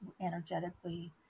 energetically